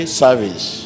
service